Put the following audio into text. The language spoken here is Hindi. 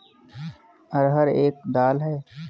अरहर एक दाल है